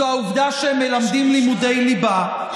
זו העובדה שהם מלמדים לימודי ליבה,